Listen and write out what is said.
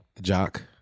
jock